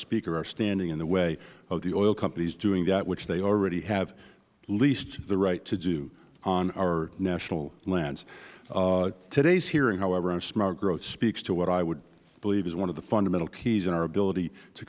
speaker are standing in the way of the oil companies doing that which they already have leased the right to do on our national lands today's hearing however on smart growth speaks to what i would believe is one of the fundamental keys in our ability